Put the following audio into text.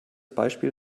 beispiel